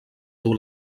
dur